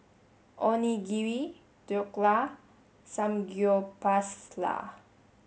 Onigiri Dhokla and Samgyeopsal